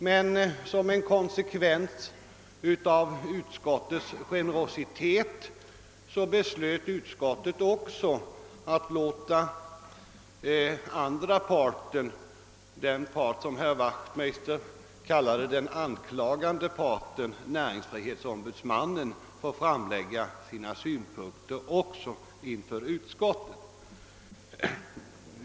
Men som en konsekvens av utskottets generositet beslöt utskottet att också låta den andra parten — den part som herr Wachtmeister kallade den anklagande parten, nämligen näringsfrihetsombudsmannen — få framlägga sina synpunkter inför utskottet.